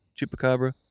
chupacabra